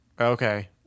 Okay